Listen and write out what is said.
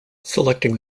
selecting